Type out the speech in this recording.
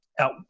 out